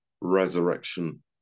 resurrection